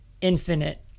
infinite